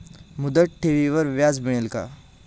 मुदत ठेवीवर व्याज मिळेल का?